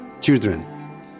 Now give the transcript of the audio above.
children